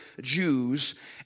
Jews